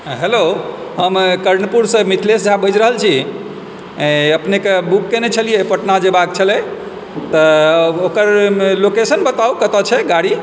hello हम कर्णपुरसँ मिथिलेश झा बाजि रहल छी अपने कऽ बुक केने छलियै पटना जेबाक छलय तऽ ओकर लोकेशन बताउ कतए छै गाड़ी